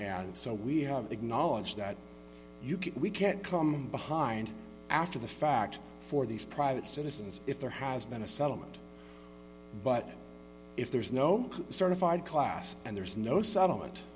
and so we have acknowledged that you can't we can't come behind after the fact for these private citizens if there has been a settlement but if there's no certified class and there's no settlement